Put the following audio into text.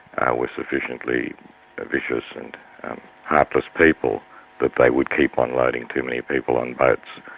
ah were sufficiently vicious and heartless people that they would keep on loading too many people on boats,